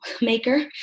maker